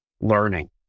learning